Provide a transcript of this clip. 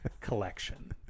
collection